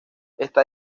está